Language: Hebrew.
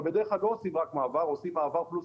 בדרך כלל לא עושים רק מעבר, עושים מעבר ורציפים.